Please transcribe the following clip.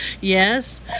Yes